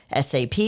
SAP